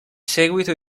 seguito